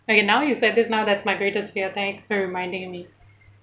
okay now you said this now that's my greatest fear thanks for reminding me